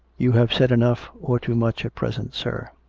you have said enough, or too much, at present, sir.